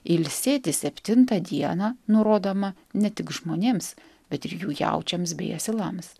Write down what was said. ilsėtis septintą dieną nurodoma ne tik žmonėms bet ir jų jaučiams bei asilams